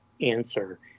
answer